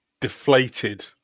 deflated